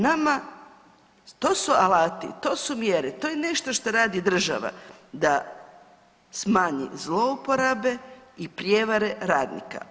Nama, to su alati, to su mjere, to je nešto što radi država, da smanji zlouporabe i prijevare radnika.